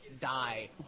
Die